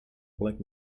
black